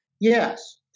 Yes